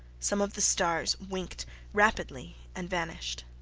some of the stars winked rapidly and vanished.